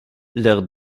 leurs